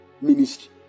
ministry